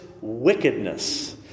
wickedness